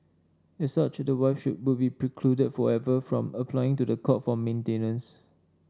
as such the wife would be precluded forever from applying to the court for maintenance